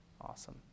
Awesome